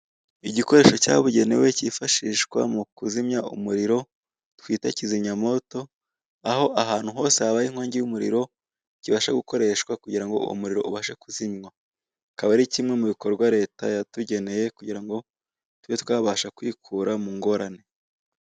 Igikoresho cyabugenewe kifashishwa mu kuzimya umuriro twita kizimyamwoto aho ahantu hose habaye inkongi y'umuriro kibasha gukoreshwa kugira ngo umuriro ubashe kuzimywa. Akaba ari kimwe mu bikorwa leta yatugeneye kugira ngo tube twabasha kwikura mu ngorane.